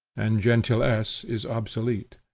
and gentilesse is obsolete.